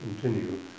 continue